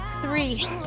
three